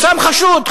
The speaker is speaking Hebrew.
פורסם חשוד.